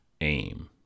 aim